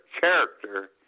character